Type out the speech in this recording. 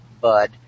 Bud